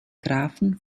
grafen